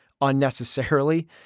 unnecessarily